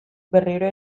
berriro